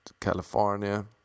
California